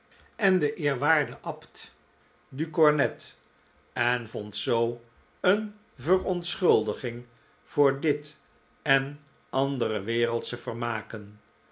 en den eerwaarden abt du cornet en vond zoo een verontschuldiging voor dit en andere wereldsche vermaken